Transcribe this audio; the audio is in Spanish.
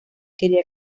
quería